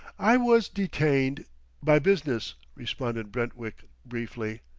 i was detained by business, responded brentwick briefly.